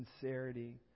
sincerity